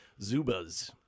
zubas